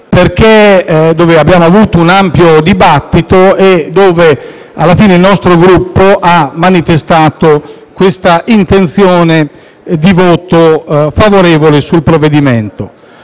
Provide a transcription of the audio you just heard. esteri, dove abbiamo avuto un ampio dibattito e dove alla fine il nostro Gruppo ha manifestato questa intenzione di voto favorevole sul provvedimento.